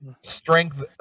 strength